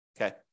okay